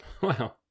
Wow